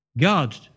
God